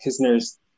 Kisner's